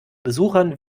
besuchern